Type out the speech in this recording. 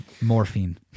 morphine